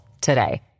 today